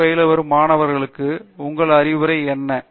D பயில வரும் மாணவருக்கு உங்கள் அறிவுரை என்ன